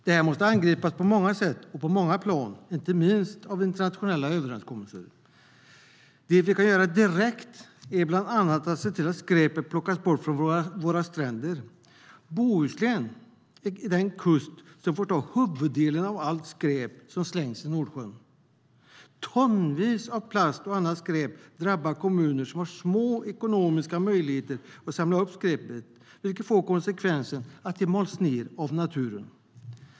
Det här måste angripas på många sätt och på många plan, inte minst av internationella överenskommelser. Det vi kan göra direkt är bland annat att se till att skräpet plockas bort från våra stränder. Bohusläns kust är den kust som får ta huvuddelen av allt skräp som slängs i Nordsjön. Tonvis av plast och annat skräp drabbar kommuner som har små ekonomiska möjligheter att samla upp skräpet, vilket får konsekvensen att det mals ned av naturen.